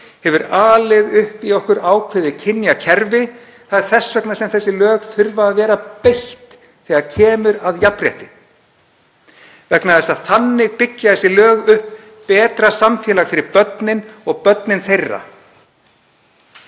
hefur alið upp í okkur ákveðið kynjakerfi. Það er þess vegna sem þessi lög þurfa að vera beitt þegar kemur að jafnrétti. Þannig byggja þau upp betra samfélag fyrir börnin og börn þeirra.